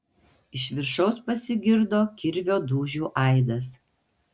iš viršaus pasigirdo kirvio dūžių aidas